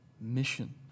mission